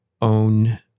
own